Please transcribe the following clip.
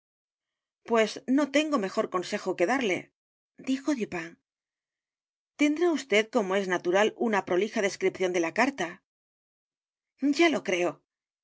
pues no tengo mejor consejo que darle dijo dupin tendrá vd como es natural una prolija descripción de la carta ya lo creo y